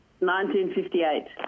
1958